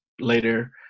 later